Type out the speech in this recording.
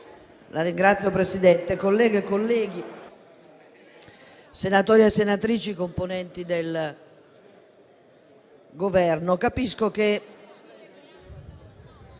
La ringrazio. Signor Presidente, colleghe, colleghi, senatori e senatrici, componenti del Governo, capisco,